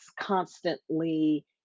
constantly